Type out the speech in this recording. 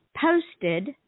Posted